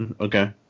okay